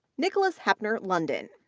nicholas heppner-lundin,